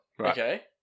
okay